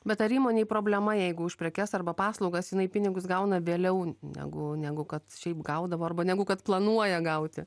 bet ar įmonei problema jeigu už prekes arba paslaugas jinai pinigus gauna vėliau negu negu kad šiaip gaudavo arba negu kad planuoja gauti